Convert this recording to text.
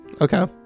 Okay